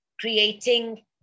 creating